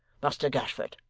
muster gashford